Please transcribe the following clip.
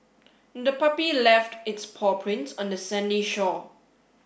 the puppy left its paw prints on the sandy shore